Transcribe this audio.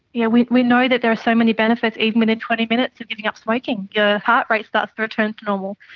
yeah we we know that there are so many benefits, even within twenty minutes of giving up smoking, your heart rate starts to return to normal.